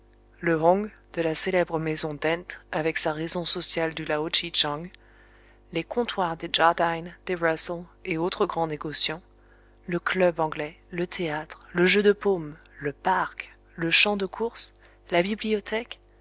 le hong de la célèbre maison dent avec sa raison sociale du lao tchi tchang les comptoirs des jardyne des russel et autres grands négociants le club anglais le théâtre le jeu de paume le parc le champ de courses la bibliothèque